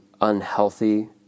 unhealthy